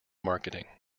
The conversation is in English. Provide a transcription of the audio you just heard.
marketing